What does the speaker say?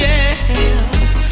Yes